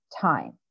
time